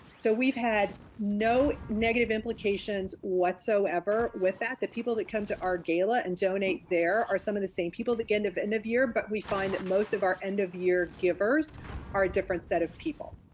so we've had no negative implications whatsoever with that, that people that come to our gala and donate there are some of the same people the end of end of year but we find that most of our end of year givers are a different set of people.